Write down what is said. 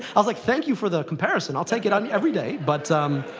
i was like, thank you for the comparison. i'll take it, every day. but i'm